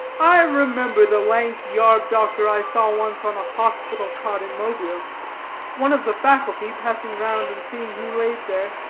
i remember the lank yarb-doctor i saw once on a hospital-cot in mobile one of the faculty passing round and seeing who lay there,